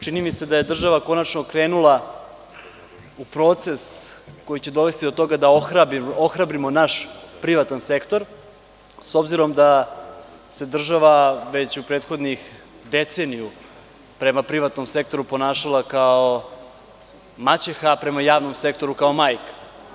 Čini mi se da je država konačno krenula u proces koji će dovesti do toga da ohrabrimo naš privatni sektor, s obzirom da se država već u prethodnih deceniju prema privatnom sektoru ponašala kao maćeha, a prema javnom sektoru kao majka.